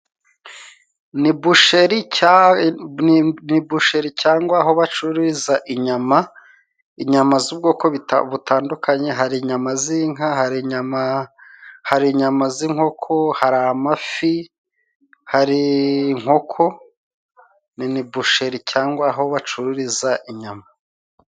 Ni busheri cyangwa aho bacururiza inyama, inyama z'ubwoko butandukanye hari inyama z'inka, hari inyama, hari inyama, z'inkoko hari amafi, hari inkoko, ni busheri cyangwa aho bacururiza inyama.